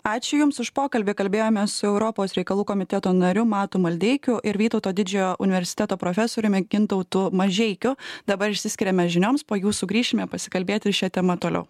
ačiū jums už pokalbį kalbėjomės su europos reikalų komiteto nariu matu maldeikiu ir vytauto didžiojo universiteto profesoriumi gintautu mažeikiu dabar išsiskiriame žinioms po jų sugrįšime pasikalbėti šia tema toliau